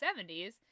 70s